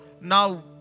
now